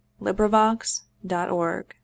LibriVox.org